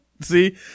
See